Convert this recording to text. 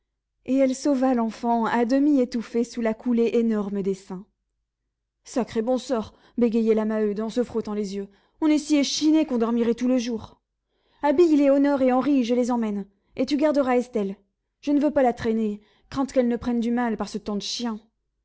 et elle sauva l'enfant à demi étouffée sous la coulée énorme des seins sacré bon sort bégayait la maheude en se frottant les yeux on est si échiné qu'on dormirait tout le jour habille lénore et henri je les emmène et tu garderas estelle je ne veux pas la traîner crainte qu'elle ne prenne du mal par ce temps de chien